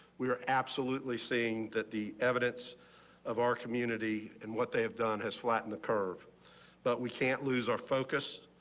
we are absolutely seeing that the evidence of our community and what they have done as flatten the curve but we can't lose our focus.